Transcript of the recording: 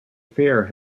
fair